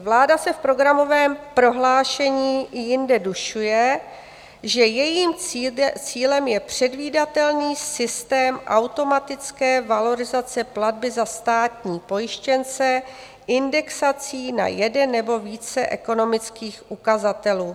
Vláda se v programovém prohlášení i jinde dušuje, že jejím cílem je předvídatelný systém automatické valorizace platby za státní pojištěnce indexací na jeden nebo více ekonomických ukazatelů.